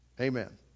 Amen